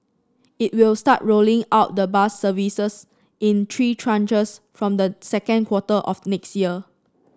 it will start rolling out the bus services in three tranches from the second quarter of next year